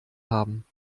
haben